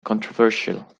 controversial